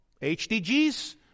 HDGs